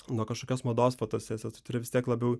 nuo kažkokios mados fotosesijos ir vis tiek labiau